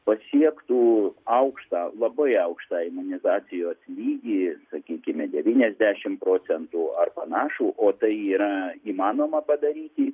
pasiektų aukštą labai aukštą imunizacijos lygį sakykime devyniasdešimt procentų ar panašų o tai yra įmanoma padaryti